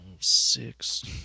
Six